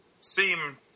seem